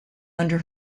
under